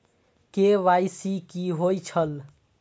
KYC कि होई छल?